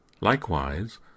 Likewise